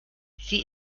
sie